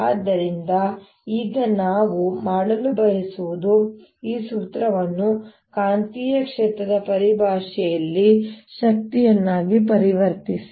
ಆದ್ದರಿಂದ ಈಗ ನಾವು ಮಾಡಲು ಬಯಸುವುದು ಈ ಸೂತ್ರವನ್ನು ಕಾಂತೀಯ ಕ್ಷೇತ್ರದ ಪರಿಭಾಷೆಯಲ್ಲಿ ಶಕ್ತಿಯನ್ನಾಗಿ ಪರಿವರ್ತಿಸಿ